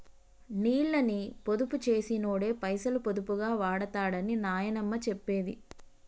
నీళ్ళని పొదుపు చేసినోడే పైసలు పొదుపుగా వాడుతడని నాయనమ్మ చెప్పేది